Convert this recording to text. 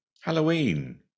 Halloween